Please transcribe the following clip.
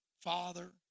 father